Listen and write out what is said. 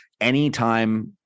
anytime